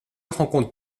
rencontre